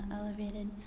elevated